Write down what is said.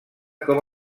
com